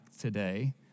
today